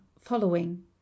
following